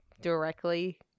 directly